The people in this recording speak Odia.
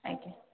ଆଜ୍ଞା